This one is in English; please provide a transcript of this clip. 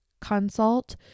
consult